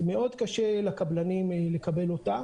מאוד קשה לקבלנים לקבל אותה